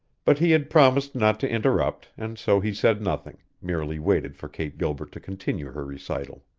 but he had promised not to interrupt, and so he said nothing, merely waited for kate gilbert to continue her recital.